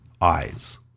eyes